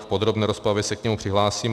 V podrobné rozpravě se k němu přihlásím.